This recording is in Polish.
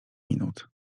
minut